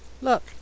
Look